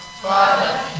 Father